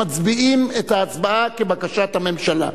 מצביעים על ההצעה כבקשת הממשלה.